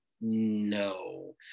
no